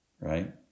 Right